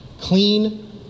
clean